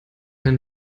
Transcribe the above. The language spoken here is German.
den